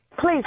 Please